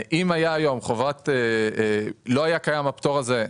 אם לא היה קיים הפטור הזה,